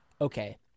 Okay